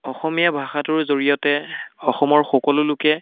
অসমীয়া ভাষাটোৰ জৰিয়তে অসমৰ সকলো লোকে